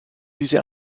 diese